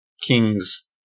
King's